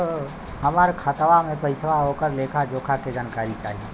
हमार खाता में पैसा ओकर लेखा जोखा के जानकारी चाही?